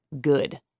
good